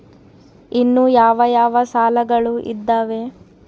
ಇನ್ನು ಯಾವ ಯಾವ ಸಾಲಗಳು ಇದಾವೆ?